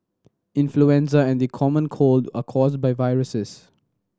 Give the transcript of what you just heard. influenza and the common cold are caused by viruses